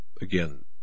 Again